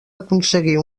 aconseguir